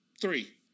three